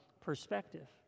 perspective